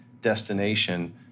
destination